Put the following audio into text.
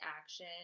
action